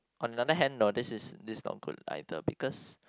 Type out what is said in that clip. on the other hand no this is this not good either because